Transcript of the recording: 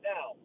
Now